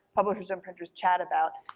publishers and printers chat about,